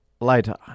later